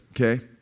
okay